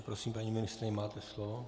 Prosím, paní ministryně, máte slovo.